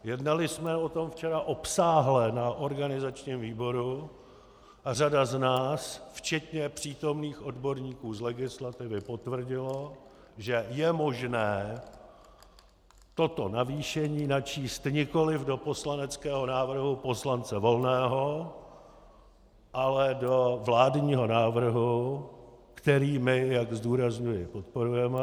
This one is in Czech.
Jednali jsme o tom včera obsáhle na organizačním výboru a řada z nás, včetně přítomných odborníků z legislativy, potvrdila, že je možné toto navýšení načíst nikoli do poslaneckého návrhu poslance Volného, ale do vládního návrhu, který my, jak zdůrazňuji, podporujeme.